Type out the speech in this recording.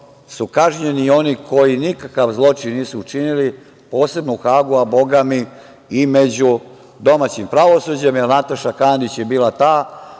su kažnjeni oni koji nikakav zločin nisu učinili, posebno u Hagu, a Boga mi i među domaćim pravosuđem, jer Nataša Kandić je bila ta